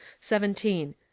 seventeen